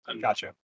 Gotcha